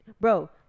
Bro